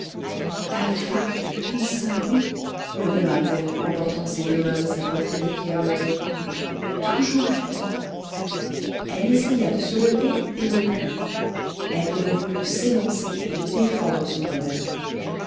la femme de l'église saint-louis murmura-t-elle en portant ses deux mains à sa poitrine qui haletait toujours elle elle essaya de se lever et ne put elle aurait voulu s'élancer et défendre son bonheur